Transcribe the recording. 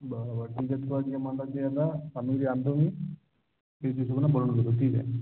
बरं बरं ठीक आहे आता आणि जे आणतो मी तिच्या सोबत न बनवून घेतो ठीक आहे